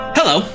Hello